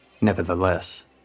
Nevertheless